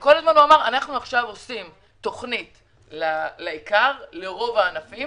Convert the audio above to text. הוא אמר כל הזמן אנחנו עושים תכנית לרוב הענפים